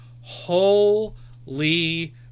holy